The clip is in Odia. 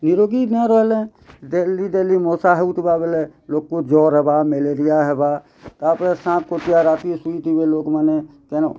ନିରୋଗୀ ନ ରହିଲେ ଡେଲି ଡେଲି ମଶା ହେଉଥିବା ବେଲେ ଲୋକ୍ କୁ ଜ୍ଵର୍ ହେବା ମ୍ୟାଲେରିଆ ହେବା ତାପରେ ସାଁପ୍ କଣ୍ଟିଆରା ଆକି ଶୁଇ ଥିବେ ଲୋକ୍ ମାନେ କେନ୍